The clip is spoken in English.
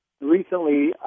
Recently